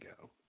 go